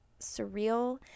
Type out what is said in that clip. surreal